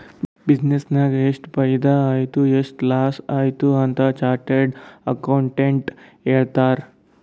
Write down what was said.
business ನಾಗ್ ಎಷ್ಟ ಫೈದಾ ಆಯ್ತು ಎಷ್ಟ ಲಾಸ್ ಆಯ್ತು ಅಂತ್ ಚಾರ್ಟರ್ಡ್ ಅಕೌಂಟೆಂಟ್ ಹೇಳ್ತಾರ್